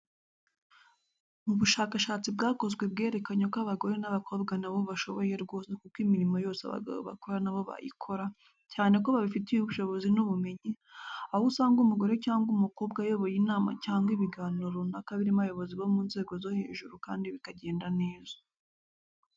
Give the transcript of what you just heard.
Mu bushakashatsi bwakozwe bwerekanye ko abagore n'abakobwa na bo bashoboye rwose kuko imirimo yose abagabo bakora na bo bayikora, cyane ko babifitiye ubushobozi n'ubumenyi, aho usanga umugore cyangwa umukobwa ayoboye inama cyangwa ibiganiro runaka birimo abayobozi bo mu nzego zo hejuru kandi bikagenda neza.